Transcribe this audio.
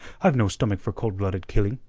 i've no stomach for cold-blooded killing.